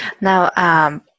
Now